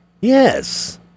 Yes